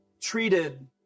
treated